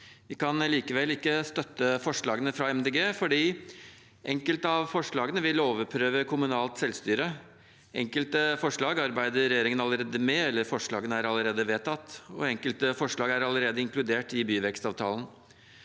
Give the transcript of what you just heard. Vi kan likevel ikke støtte forslagene fra Miljøpartiet De Grønne fordi – enkelte av forslagene vil overprøve kommunalt selvstyre – enkelte forslag arbeider regjeringen allerede med, eller forslagene er allerede vedtatt – enkelte forslag er allerede inkludert i byvekstavtalen